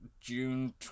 June